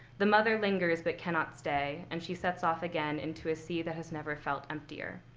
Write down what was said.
the mother lingers but cannot stay, and she sets off again into a sea that has never felt emptier.